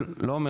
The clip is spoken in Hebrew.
לא, לא, לא.